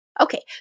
Okay